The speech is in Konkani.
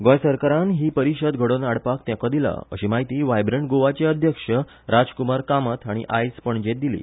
गोंय सरकारान ही परिशद घडोवन हाडपाक तेंको दिला अशी माहिती वायब्रन्ट गोवाचे अध्यक्ष राजकुमार कामत हांणी आयज पणजेंत दिली